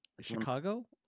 Chicago